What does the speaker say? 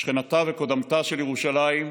שכנתה וקודמתה של ירושלים,